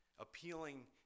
appealing